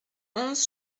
onze